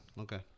okay